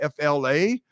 FLA